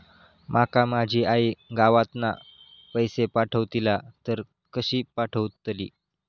माका माझी आई गावातना पैसे पाठवतीला तर ती कशी पाठवतली?